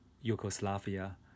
Yugoslavia